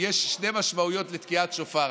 משמעויות לתקיעת שופר.